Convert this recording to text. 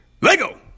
Lego